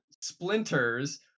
splinters